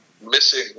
missing